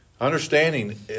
Understanding